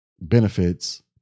benefits